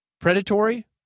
Predatory